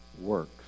works